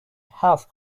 half